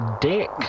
Dick